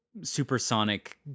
supersonic